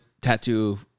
tattoo